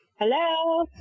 Hello